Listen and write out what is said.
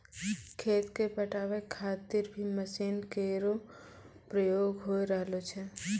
खेत क पटावै खातिर भी मसीन केरो प्रयोग होय रहलो छै